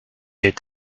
est